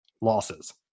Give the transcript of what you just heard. losses